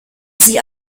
sie